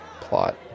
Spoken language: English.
plot